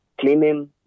cleaning